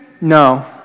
No